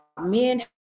Men